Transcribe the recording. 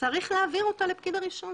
צריך להעביר אותה לפקיד הרישום.